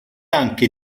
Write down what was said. anche